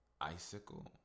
Icicle